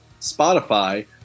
Spotify